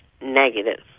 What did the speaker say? negative